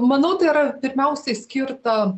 manau tai yra pirmiausiai skirta